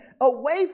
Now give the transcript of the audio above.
away